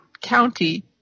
county